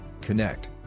connect